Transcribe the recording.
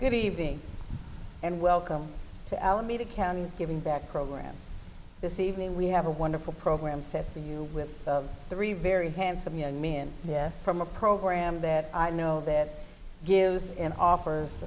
good evening and welcome to alameda county is giving back program this evening we have a wonderful program set for you with three very handsome young men yes from a program that i know that gives and offers